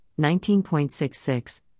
19.66